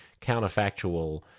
counterfactual